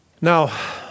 Now